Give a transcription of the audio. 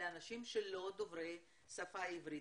לאנשים שהם לא דוברי השפה העברית,